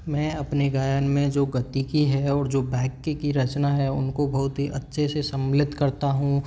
मैं अपने गायन में जो गतिकी है और जो वाक्य की रचना है उनको बहुत ही अच्छे से सम्मिलित करता हूँ